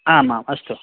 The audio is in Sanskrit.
आम् आम् अस्तु